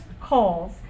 calls